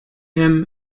him